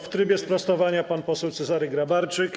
W trybie sprostowania pan poseł Cezary Grabarczyk.